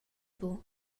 buca